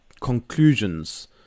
conclusions